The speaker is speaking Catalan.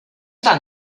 tan